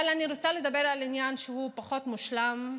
אבל אני רוצה לדבר על עניין פחות מושלם,